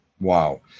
Wow